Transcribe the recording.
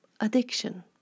addiction